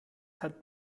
hat